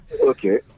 Okay